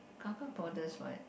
car car borders what